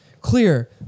clear